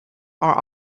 are